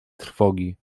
trwogi